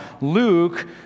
Luke